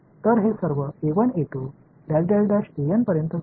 तर हे सर्व पर्यंत जाईल